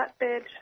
flatbed